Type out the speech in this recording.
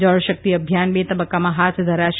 જળશક્તિ અભિયાન બે તબક્કામાં હાથ ધરાશે